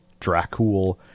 Dracul